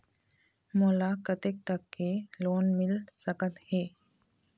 मोला कतेक तक के लोन मिल सकत हे?